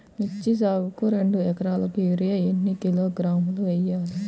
మిర్చి సాగుకు రెండు ఏకరాలకు యూరియా ఏన్ని కిలోగ్రాములు వేయాలి?